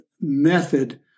method